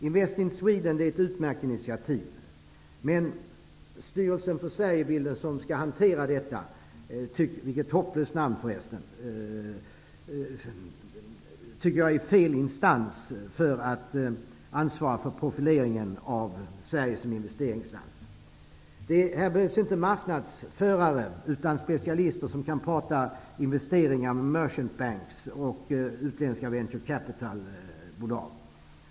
Invest in Sweden är ett utmärkt initiativ men Styrelsen för Sverigebilden som skall hantera detta -- vilket hopplöst namn förresten -- tycker jag är fel instans för att ansvara för profileringen av Sverige som investeringsland. Här behövs inte marknadsförare, utan specialister som kan tala investeringar med Merchant Banks och utländska Venture Capital-bolag.